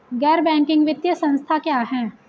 गैर बैंकिंग वित्तीय संस्था क्या है?